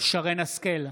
שרן מרים השכל,